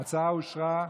ההצעה אושרה.